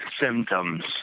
symptoms